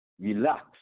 relax